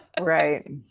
right